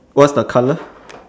what's the colour